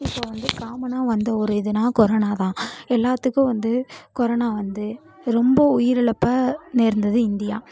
இப்போது வந்து காமனாக வந்து ஒரு இதுனால் கொரோனா தான் எல்லாத்துக்கும் வந்து கொரோனா வந்து ரொம்ப உயிர் இழப்பை நேர்ந்தது இந்தியா